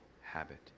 habit